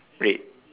red